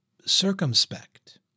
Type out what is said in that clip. circumspect